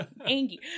Angie